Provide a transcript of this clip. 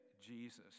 Jesus